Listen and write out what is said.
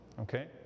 okay